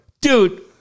Dude